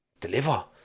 deliver